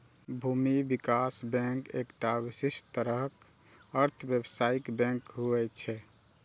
भूमि विकास बैंक एकटा विशिष्ट तरहक अर्ध व्यावसायिक बैंक होइ छै